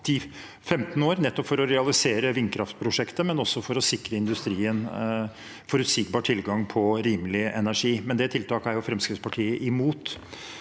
nettopp for å realisere vindkraftprosjekt, men også for å sikre industrien forutsigbar tilgang på rimelig energi. Men det tiltaket er Fremskrittspartiet imot,